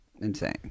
insane